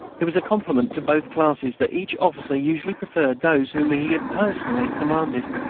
it was a compliment to both classes that each officer usually preferred those whom he had personally commanded.